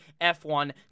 f1